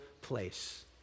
place